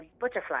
butterfly